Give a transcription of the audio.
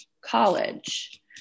college